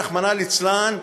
רחמנא ליצלן,